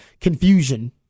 confusion